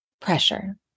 pressure